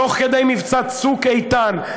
תוך כדי מבצע "צוק איתן",